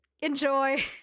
enjoy